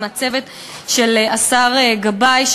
עם הצוות של השר גבאי,